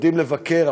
יודעים לבקר,